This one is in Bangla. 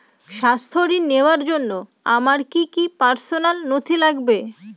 স্বাস্থ্য ঋণ নেওয়ার জন্য আমার কি কি পার্সোনাল নথি লাগবে?